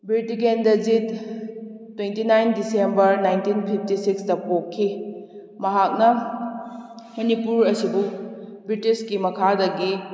ꯕꯤꯔ Tikendrajit twenty nine December nineteen fifty ꯁꯤꯛꯁꯇ ꯄꯣꯛꯈꯤ ꯃꯍꯥꯛꯅ ꯃꯅꯤꯄꯨꯔ ꯑꯁꯤꯕꯨ ꯕ꯭ꯔꯤꯇꯤꯁꯀꯤ ꯃꯈꯥꯗꯒꯤ